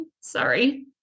Sorry